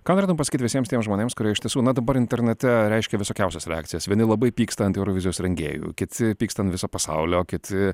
ką norėtum pasakyt visiems tiems žmonėms kurie iš tiesų na dabar internate reiškia visokiausias reakcijas vieni labai pyksta ant eurovizijos rengėjų kiti pyksta ant viso pasaulio kiti